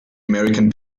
american